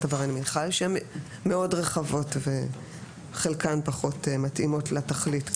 עברייני מין חל עליהן והן מאוד רחבות וחלקן פחות מתאימות לתכלית כאן.